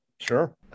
Sure